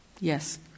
Yes